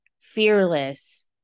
fearless